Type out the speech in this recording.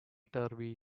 turvy